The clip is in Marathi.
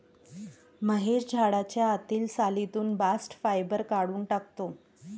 महेश झाडाच्या आतील सालीतून बास्ट फायबर काढून टाकतो